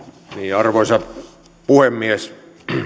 arvoisa puhemies